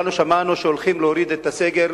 כולנו שמענו שהולכים להוריד את הסגר,